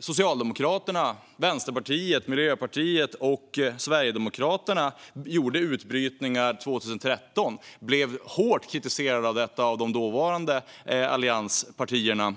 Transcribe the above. Socialdemokraterna, Vänsterpartiet, Miljöpartiet och Sverigedemokraterna gjorde utbrytningar 2013. De blev hårt kritiserade för detta av de dåvarande allianspartierna.